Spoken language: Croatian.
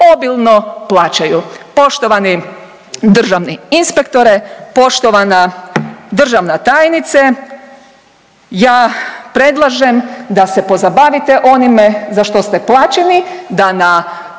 obilno plaćaju. Poštovani državni inspektore, poštovana državna tajnice ja predlažem da se pozabavite onime za što ste plaćeni, da na